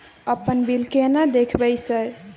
अपन बिल केना देखबय सर?